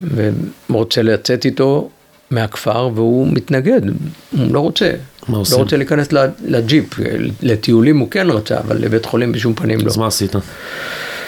ורוצה לצאת איתו מהכפר, והוא מתנגד, הוא לא רוצה. מה הוא עושה? –הוא לא רוצה להיכנס לג'יפ, לטיולים הוא כן רוצה, אבל לבית חולים בשום פנים לא. אז מה עשית?